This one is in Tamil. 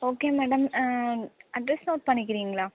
ஓகே மேடம் அட்ரஸ் நோட் பண்ணிக்கிறீங்களா